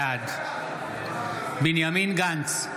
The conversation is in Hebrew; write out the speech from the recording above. בעד בנימין גנץ,